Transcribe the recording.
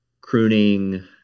crooning